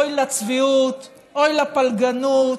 אוי לצביעות, אוי לפלגנות.